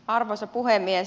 arvoisa puhemies